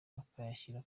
bakayashyira